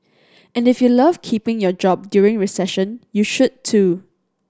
and if you love keeping your job during recession you should too